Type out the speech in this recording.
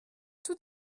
tout